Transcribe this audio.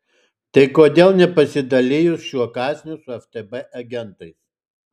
tai kodėl nepasidalijus šiuo kąsniu su ftb agentais